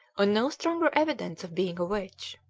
on no stronger evidence of being a witch.